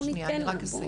על סמך מה?